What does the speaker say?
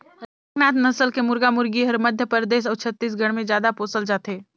कड़कनाथ नसल के मुरगा मुरगी हर मध्य परदेस अउ छत्तीसगढ़ में जादा पोसल जाथे